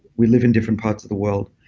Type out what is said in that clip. we live in different parts of the world.